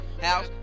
house